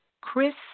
Chris